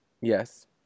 yes